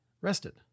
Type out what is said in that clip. rested